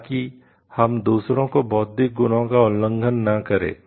ताकि हम दूसरों के बौद्धिक गुणों का उल्लंघन न करें